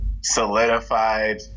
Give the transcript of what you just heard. solidified